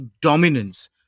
dominance